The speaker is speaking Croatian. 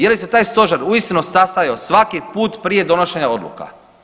Je li se taj Stožer uistinu sastajao svaki put prije donošenja odluka?